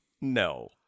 No